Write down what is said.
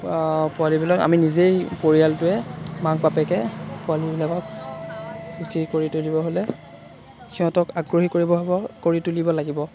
পোৱালিবিলাক আমি নিজেই পৰিয়ালটোৱে মাক বাপেকে পোৱালিবিলাকক সুখী কৰি তুলিব হ'লে সিহঁতক আগ্ৰহী কৰিব হ'ব কৰি তুলিব লাগিব